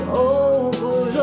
over